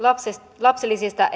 lapsilisistä lapsilisistä